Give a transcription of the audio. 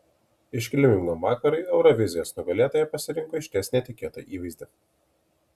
iškilmingam vakarui eurovizijos nugalėtoja pasirinko išties netikėtą įvaizdį